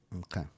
okay